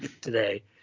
today